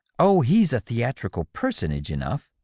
oh, he's a the atrical personage enough,